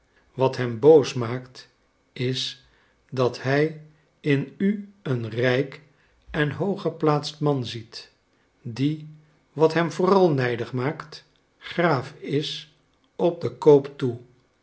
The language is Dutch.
wat hem boos maakt is dat hij in u een rijk en hooggeplaatst man ziet die wat hem vooral nijdig maakt graaf is op den koop toe